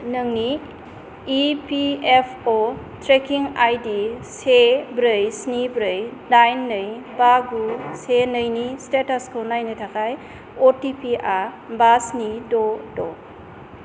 नोंनि इपिएफअ' tracking ID से ब्रै स्नि ब्रै दाइन नै बा गु से नै नि स्टेटासखौ नायनो थाखाय अटिपि आ बा स्नि द' द'